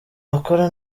bakora